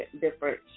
different